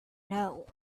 know